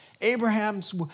Abraham's